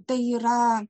tai yra